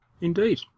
Indeed